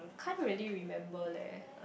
can't really remember leh